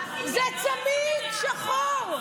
זה צמיד שחור.